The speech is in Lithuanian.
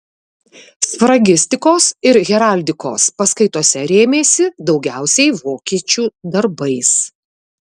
sfragistikos ir heraldikos paskaitose rėmėsi daugiausiai vokiečių darbais